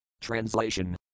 Translation